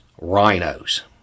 rhinos